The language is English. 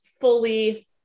fully